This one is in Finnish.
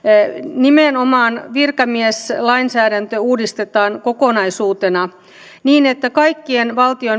nimenomaan virkamieslainsäädäntö uudistetaan kokonaisuutena niin että kaikkien valtion